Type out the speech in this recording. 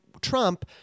Trump